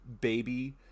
baby